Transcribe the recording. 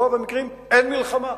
ברוב המקרים אין מלחמה.